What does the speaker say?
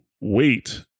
wait